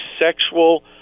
sexual